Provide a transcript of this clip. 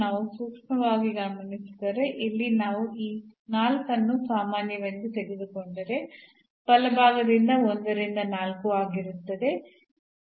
ನಾವು ಸೂಕ್ಷ್ಮವಾಗಿ ಗಮನಿಸಿದರೆ ಇಲ್ಲಿ ನಾವು ಈ 4 ಅನ್ನು ಸಾಮಾನ್ಯವೆಂದು ತೆಗೆದುಕೊಂಡರೆ ಬಲಭಾಗದಲ್ಲಿ 1 ರಿಂದ 4 ಆಗಿರುತ್ತದೆ